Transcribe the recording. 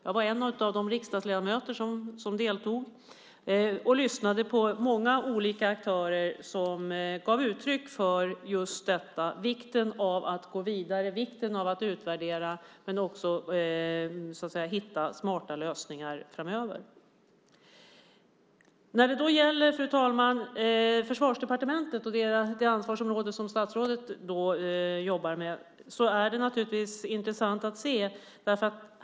Jag var en av de riksdagsledamöter som deltog och lyssnade på många olika aktörer som gav uttryck för just detta - vikten av att gå vidare och vikten av att utvärdera men också vikten av att hitta smarta lösningar framöver. Fru talman! Det är intressant att se Försvarsdepartementet och det ansvarsområde som statsrådet jobbar med.